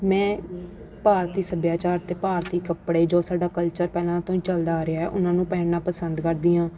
ਮੈਂ ਭਾਰਤੀ ਸੱਭਿਆਚਾਰ ਅਤੇ ਭਾਰਤੀ ਕੱਪੜੇ ਜੋ ਸਾਡਾ ਕਲਚਰ ਪਹਿਲਾਂ ਤੋਂ ਹੀ ਚੱਲਦਾ ਆ ਰਿਹਾ ਹੈ ਉਹਨਾਂ ਨੂੰ ਪਹਿਨਣਾ ਪਸੰਦ ਕਰਦੀ ਹਾਂ ਅਤੇ